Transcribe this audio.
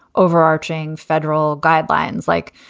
overarching federal guidelines. like,